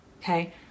okay